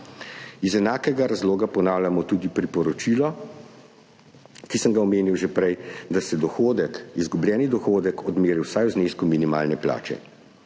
Iz enakega razloga ponavljamo tudi priporočilo, ki sem ga omenil že prej – da se izgubljeni dohodek odmeri vsaj v znesku minimalne plače.